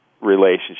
relationship